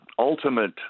Ultimate